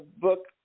book